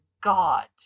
God